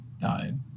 died